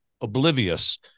oblivious